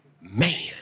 man